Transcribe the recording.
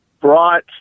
brought